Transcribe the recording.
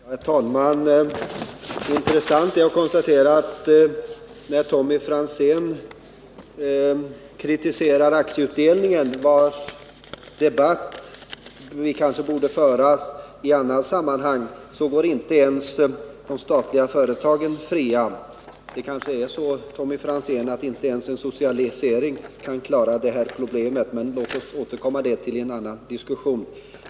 Herr talman! Intressant är att konstatera att när Tommy Franzén kritiserar aktieutdelningen — en debatt som vi kanske borde föra i ett annat sammanhang - går inte ens de statliga företagen fria från kritik. Det kanske är så, Tommy Franzén, at! inte ens en socialisering kan klara det här problemet? Men låt oss återkomma till detta i en annan diskussion.